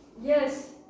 Yes